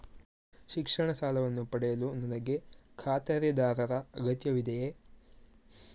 ಶಿಕ್ಷಣ ಸಾಲವನ್ನು ಪಡೆಯಲು ನನಗೆ ಖಾತರಿದಾರರ ಅಗತ್ಯವಿದೆಯೇ?